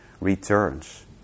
returns